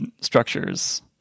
structures